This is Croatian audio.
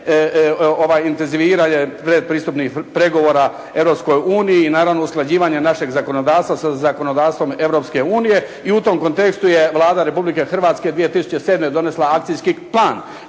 ovo intenziviranje predpristupnih pregovora Europskoj uniji i naravno usklađivanje našeg zakonodavstva sa zakonodavstvom Europske unije. I u tom kontekstu je Vlada Republike Hrvatske 2007. donesla akcijski plan